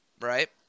Right